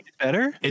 better